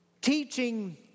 teaching